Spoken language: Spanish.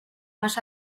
más